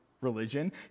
religion